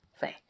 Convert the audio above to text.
Fine